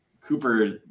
Cooper